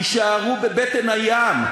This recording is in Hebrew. יישארו בבטן הים.